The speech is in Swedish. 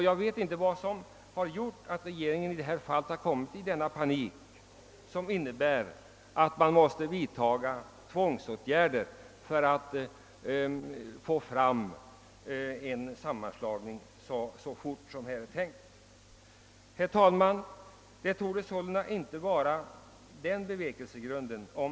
Jag vet inte varför regeringen har råkat i en sådan panik att den måste vidta tvångsåtgärder för att få fram en sammanslagning så fort som nu är tänkt. Herr talman!